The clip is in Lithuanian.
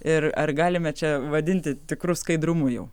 ir ar galime čia vadinti tikru skaidrumu jau